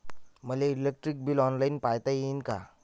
मले electric bill online पायता येईन का?